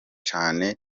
cane